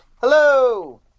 Hello